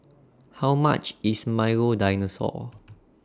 How much IS Milo Dinosaur